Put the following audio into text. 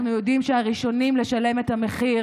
אנחנו יודעים שהראשונים לשלם את המחיר